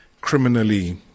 criminally